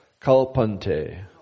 Kalpante